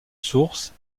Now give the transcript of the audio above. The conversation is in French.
sources